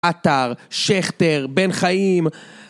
עטר, שכטר, בן חיים..